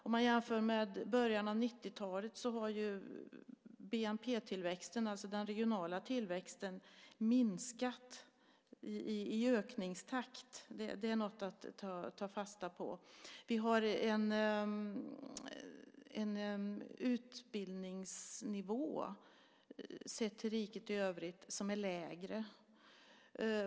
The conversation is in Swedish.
Om man jämför med början av 90-talet har den regionala bnp-tillväxten minskat i ökningstakt. Det är något att ta fasta på. Vi har en utbildningsnivå som är lägre än i riket i övrigt.